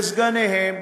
בסגניהם,